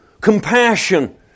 compassion